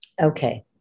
Okay